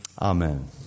Amen